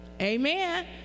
Amen